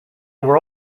were